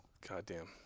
goddamn